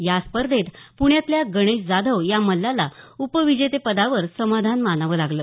या स्पतर्धेत प्ण्यातल्या गणेश जाधव या मल्लाला उपविजेतेपदावर समाधान मानावं लागलं